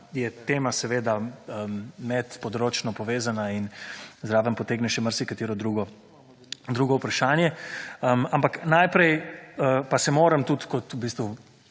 je tema seveda med področno povezana in zraven potegne še marsikatero drugo vprašanje, ampak najprej pa se moram tudi kot v bistvu